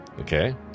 Okay